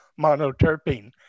monoterpene